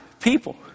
people